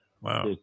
Wow